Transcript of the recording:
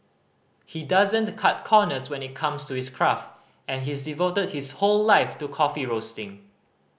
he doesn't cut corners when it comes to his craft and he's devoted his whole life to coffee roasting